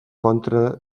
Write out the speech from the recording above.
contra